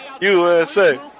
USA